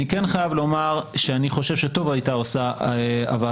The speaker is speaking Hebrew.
אני כן חייב לומר שאני חושב שטוב הייתה עושה הוועדה